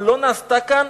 אבל לא נעשתה כאן,